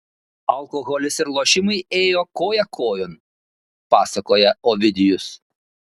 alkoholis ir lošimai ėjo koja kojon pasakoja ovidijus